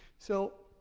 so.